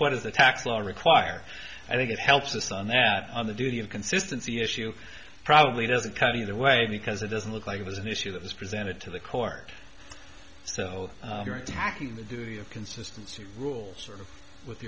what is the tax law require i think it helps us on that on the duty of consistency issue probably doesn't cut either way because it doesn't look like it was an issue that was presented to the court so you're attacking the duty of consistency rules with